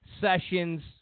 Sessions